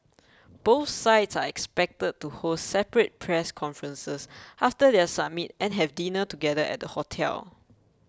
both sides are expected to hold separate press conferences after their summit and have dinner together at the hotel